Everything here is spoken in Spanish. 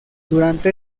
durante